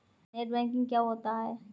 Net banking क्या होता है?